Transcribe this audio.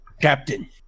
Captain